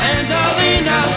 Angelina